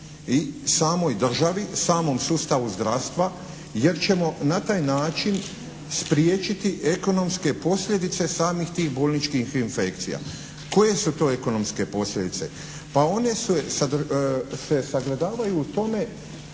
i samoj državi, samom sustavu zdravstva jer ćemo na taj način spriječiti ekonomske posljedice samih tih bolničkih infekcija. Koje su to ekonomske posljedice? Pa one se sagledavaju u tome